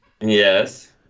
Yes